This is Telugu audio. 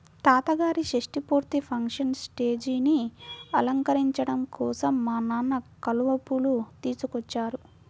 తాతగారి షష్టి పూర్తి ఫంక్షన్ స్టేజీని అలంకరించడం కోసం మా నాన్న కలువ పూలు తీసుకొచ్చారు